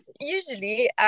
usually